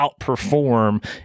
outperform